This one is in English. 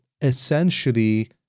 essentially